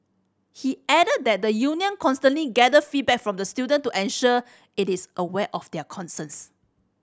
he added that the union constantly gather feedback from the student to ensure it is aware of their concerns